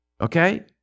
Okay